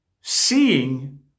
seeing